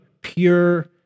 pure